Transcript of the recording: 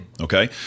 Okay